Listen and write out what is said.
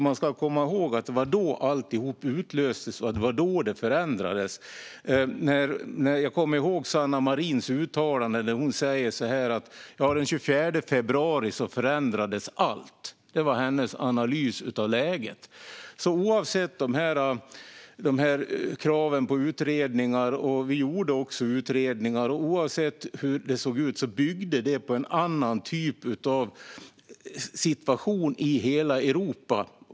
Man ska komma ihåg att det var då alltihop utlöstes, och det var då det förändrades. Jag kommer ihåg Sanna Marins uttalande när hon sa att den 24 februari förändrades allt. Det var hennes analys av läget. Oavsett kraven på utredningar - och vi gjorde också utredningar - och oavsett hur det såg ut byggde det på en annan typ av situation i hela Europa.